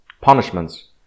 punishments